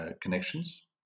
connections